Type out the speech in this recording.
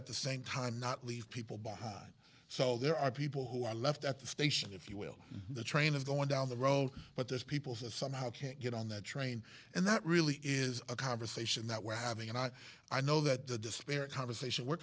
at the same time not leave people behind so there are people who are left at the station if you will the train of the one down the road but there's peoples and somehow can't get on that train and that really is a conversation that we're having and i i know that the disparate conversation we're